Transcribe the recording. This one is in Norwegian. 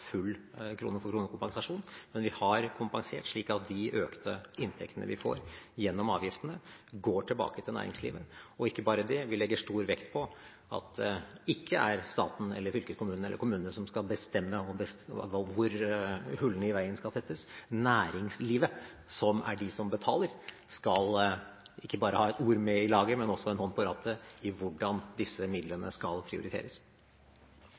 full krone for krone-kompensasjon. Men vi har kompensert slik at de økte inntektene vi får gjennom avgiftene, går tilbake til næringslivet. Ikke bare det: Vi legger stor vekt på at det ikke er staten, fylkeskommunene eller kommunene som skal bestemme hvor hullene i veien skal tettes. Næringslivet, som er de som betaler, skal ikke bare ha et ord med i laget, men også en hånd på rattet i hvordan disse midlene skal prioriteres.